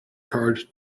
card